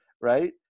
right